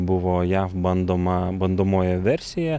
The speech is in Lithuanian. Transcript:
buvo jav bandoma bandomoji versija